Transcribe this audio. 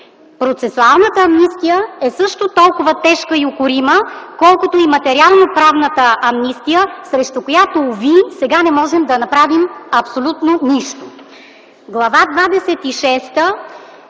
Процесуалната амнистия е също толкова тежка и укорима, колкото и материално-правната амнистия, срещу която, уви, сега не можем да направим абсолютно нищо. Глава